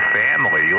family